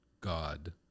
God